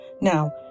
Now